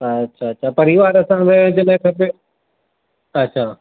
अछा अछा परिवारु असल में जे लाइ खपे अछा